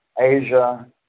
Asia